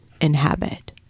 inhabit